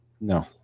No